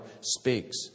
speaks